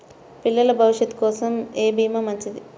పిల్లల భవిష్యత్ కోసం ఏ భీమా మంచిది?